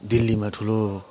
दिल्लीमा ठुलो